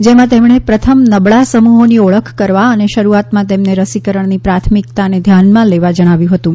જેમાં તેમણે પ્રથમ નબળા સમુહોની ઓળખ કરવા અને શરૂઆતમાં તેમને રસીકરણની પ્રાથમિકતાને ધ્યાનમાં લેવા જણાવ્યું હતું